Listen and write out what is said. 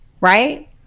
right